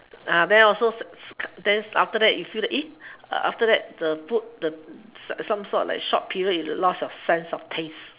then also then after that you feel that after that the food the the some sort like short period you lost your sense of taste